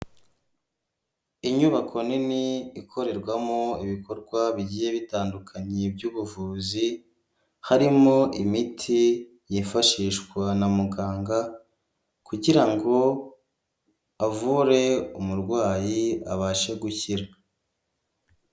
Inyubako nini ikorerwamo ibikorwa bigiye bitandukanye by'ubuvuzi; harimo imiti yifashishwa na muganga; kugirango avure umurwayi abashe gukira.